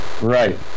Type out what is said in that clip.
Right